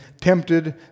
tempted